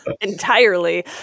entirely